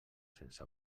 sense